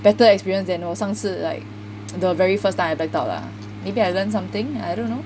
better experience than 我上次 like the very first time I blacked out lah maybe I learn something I don't know